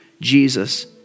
Jesus